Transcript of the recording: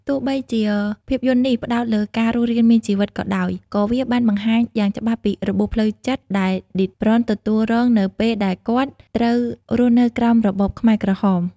ទោះបីជាភាពយន្តនេះផ្តោតលើការរស់រានមានជីវិតក៏ដោយ ក៏វាបានបង្ហាញយ៉ាងច្បាស់ពីរបួសផ្លូវចិត្តដែល ឌិត ប្រន ទទួលរងនៅពេលដែលគាត់ត្រូវរស់នៅក្រោមរបបខ្មែរក្រហម។